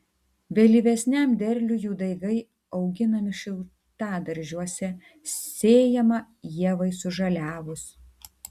vėlyvesniam derliui jų daigai auginami šiltadaržiuose sėjama ievai sužaliavus